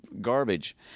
garbage